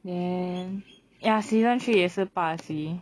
then ya season three 也是八集